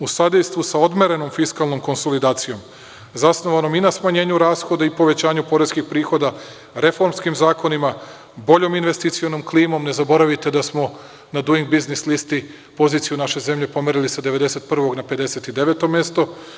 U sadejstvu sa odmerenom fiskalnom konsolidacijom zasnovanom i na smanjenju rashoda i povećanju poreskih prihoda, reformskim zakonima, boljom investicionom klimom, ne zaboravite da smo na duing biznis listi poziciju naše zemlje pomerili sa 91 na 59 mesto.